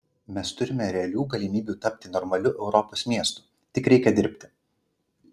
mes turime realių galimybių tapti normaliu europos miestu tik reikia dirbti